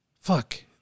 fuck